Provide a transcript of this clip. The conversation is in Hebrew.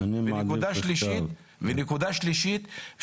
נקודה נוספת.